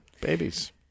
babies –